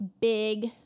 big